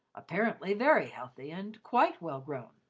apparently very healthy, and quite well-grown,